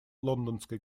лондонской